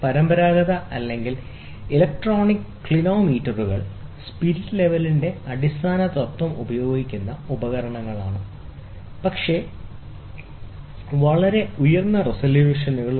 പരമ്പരാഗത അല്ലെങ്കിൽ ഇലക്ട്രോണിക് ക്ലിനോമീറ്ററുകൾ സ്പിരിറ്റ് ലെവലിന്റെ അടിസ്ഥാന തത്ത്വം ഉപയോഗിക്കുന്ന ഉപകരണങ്ങളാണ് പക്ഷേ വളരെ ഉയർന്ന റെസല്യൂഷനുകൾ ഉണ്ട്